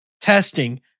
Testing